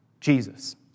Jesus